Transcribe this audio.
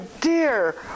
dear